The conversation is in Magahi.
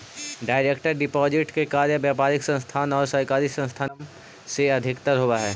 डायरेक्ट डिपॉजिट के कार्य व्यापारिक संस्थान आउ सरकारी संस्थान के माध्यम से अधिकतर होवऽ हइ